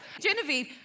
Genevieve